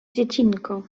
dziecinko